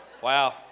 Wow